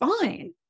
fine